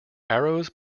arrows